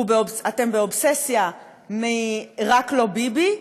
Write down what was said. אתם באובססיה מ"רק לא ביבי",